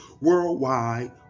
worldwide